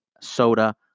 soda